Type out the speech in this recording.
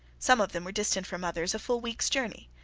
some of them were distant from others a full week's journey.